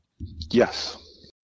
Yes